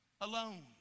Alone